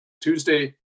tuesday